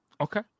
Okay